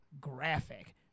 graphic